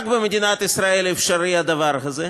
רק במדינת ישראל אפשרי הדבר הזה,